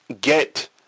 get